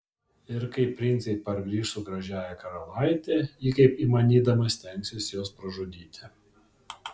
ir kai princai pargrįš su gražiąja karalaite ji kaip įmanydama stengsis juos pražudyti